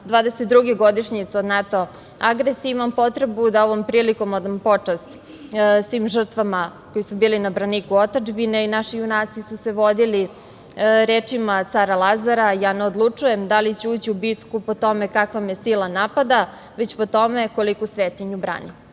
22. godišnjice od NATO agresije, imam potrebu da ovom prilikom odam počast svim žrtvama koji su bili na braniku otadžbine. I naši junaci su se vodili rečima cara Lazara – ja ne odlučujem da li ću ući u bitku po tome kakva me sila napada, već po tome koliku svetinju branim.